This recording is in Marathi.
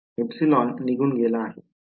εनिघूनगेला आहे